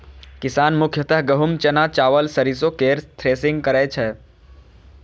किसान मुख्यतः गहूम, चना, चावल, सरिसो केर थ्रेसिंग करै छै